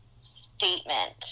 statement